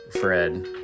Fred